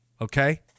Okay